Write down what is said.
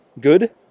good